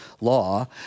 law